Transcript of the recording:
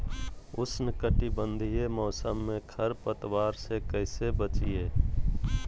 उष्णकटिबंधीय मौसम में खरपतवार से कैसे बचिये?